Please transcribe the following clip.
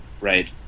right